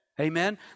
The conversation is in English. Amen